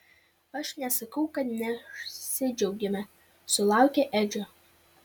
aš nesakau kad nesidžiaugėme sulaukę edžio